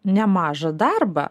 nemažą darbą